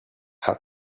had